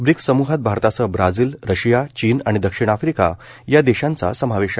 BRICS समूहात भारतासह Brazil Russia चीन आणि दक्षिण आफ्रिका या देशांचा समावेश आहे